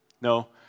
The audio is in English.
No